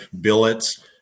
Billets